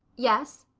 yes?